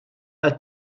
qed